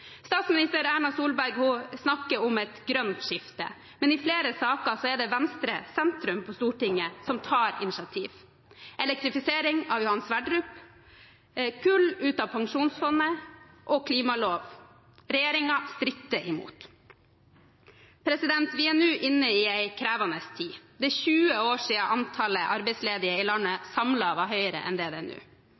Statsminister Erna Solberg snakker om et grønt skifte, men i flere saker er det venstre–sentrum på Stortinget som tar initiativ. Elektrifisering av Johan Sverdrup, kull ut av pensjonsfondet og klimalov – regjeringen stritter imot. Vi er nå inne i en krevende tid. Det er 20 år siden antall arbeidsledige i landet samlet var høyere enn det det er nå.